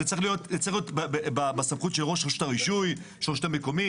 זה צריך להיות בסמכות של ראש רשות הרישוי של הרשות מקומית.